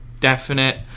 definite